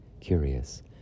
curious